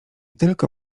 tylko